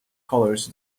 colors